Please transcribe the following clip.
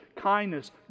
kindness